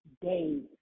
days